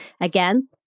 Again